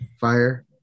fire